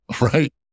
right